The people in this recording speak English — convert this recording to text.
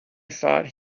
thought